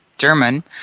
German